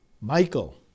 Michael